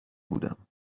بودم